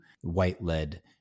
white-led